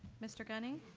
mr. gunning?